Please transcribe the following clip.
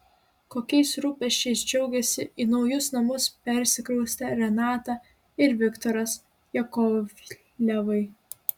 kokiais rūpesčiais džiaugiasi į naujus namus persikraustę renata ir viktoras jakovlevai